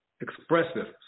expressive